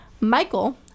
Michael